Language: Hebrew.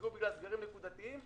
שנפגעו בגלל סגרים נקודתיים,